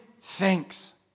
thanks